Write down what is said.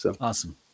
Awesome